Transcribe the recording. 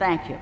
thank you